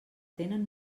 tenen